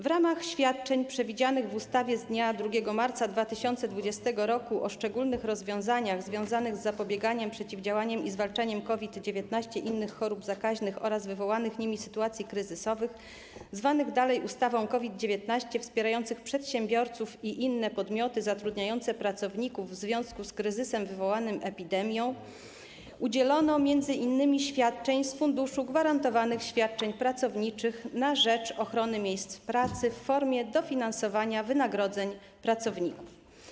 W ramach świadczeń przewidzianych w ustawie z dnia 2 marca 2020 r. o szczególnych rozwiązaniach związanych z zapobieganiem, przeciwdziałaniem i zwalczaniem COVID-19, innych chorób zakaźnych oraz wywołanych nimi sytuacji kryzysowych, zwanej dalej ustawą COVID-19, wspierających przedsiębiorców i inne podmioty zatrudniające pracowników w związku z kryzysem wywołanym epidemią, udzielono m.in. świadczeń z Funduszu Gwarantowanych Świadczeń Pracowniczych na rzecz ochrony miejsc pracy w formie dofinansowania wynagrodzeń pracowników.